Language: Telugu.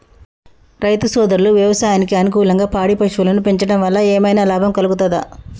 రైతు సోదరులు వ్యవసాయానికి అనుకూలంగా పాడి పశువులను పెంచడం వల్ల ఏమన్నా లాభం కలుగుతదా?